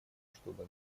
чтобы